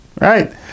right